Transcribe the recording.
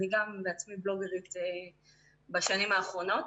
ואני בעצמי בלוגרית בשנים האחרונות,